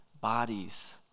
bodies